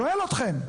שואל אתכם.